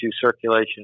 circulation